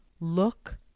look